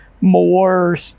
more